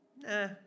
nah